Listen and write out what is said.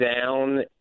down